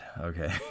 okay